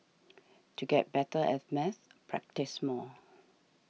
to get better at maths practise more